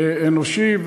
אנושי,